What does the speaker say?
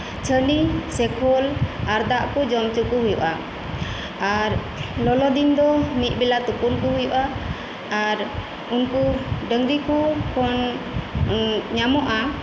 ᱪᱷᱟᱹᱱᱤ ᱥᱮ ᱠᱷᱚᱞ ᱟᱨ ᱫᱟᱜ ᱠᱩ ᱡᱚᱢ ᱩᱪᱩᱠᱩ ᱦᱩᱭᱩᱜᱼᱟ ᱟᱨ ᱞᱚᱞᱚ ᱫᱤᱱ ᱫᱚ ᱢᱤᱫᱵᱮᱞᱟ ᱛᱩᱯᱩᱱ ᱠᱩ ᱦᱩᱭᱩᱜᱼᱟ ᱟᱨ ᱩᱱᱠᱩ ᱰᱟᱹᱝᱨᱤ ᱠᱩᱠᱷᱚᱱ ᱧᱟᱢᱚᱜᱼᱟ